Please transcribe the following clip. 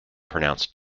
pronounced